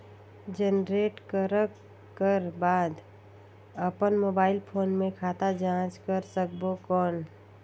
Generate करक कर बाद अपन मोबाइल फोन मे खाता जांच कर सकबो कौन?